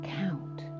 count